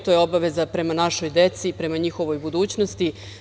To je obaveza prema našoj deci, prema njihovoj budućnosti.